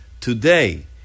today